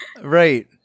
right